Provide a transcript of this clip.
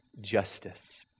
justice